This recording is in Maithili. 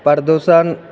प्रदूषण